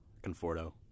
Conforto